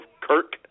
Kirk